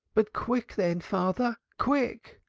but, quick, then, father, quick!